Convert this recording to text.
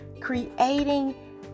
creating